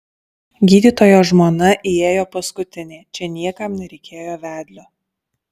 gydytojo žmona įėjo paskutinė čia niekam nereikėjo vedlio